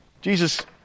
Jesus